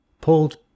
pulled